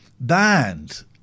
band